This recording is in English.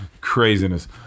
Craziness